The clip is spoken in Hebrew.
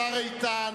השר איתן,